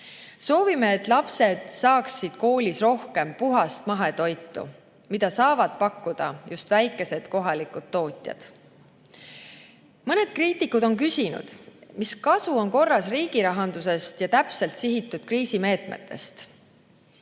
Soovime, et lapsed saaksid koolis rohkem puhast mahetoitu, mida saavad pakkuda just väikesed kohalikud tootjad. Mõned kriitikud on küsinud, mis kasu on korras riigirahandusest ja täpselt sihitud kriisimeetmetest.